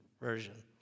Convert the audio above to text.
Version